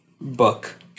book